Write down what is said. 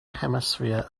hemisphere